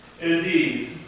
Indeed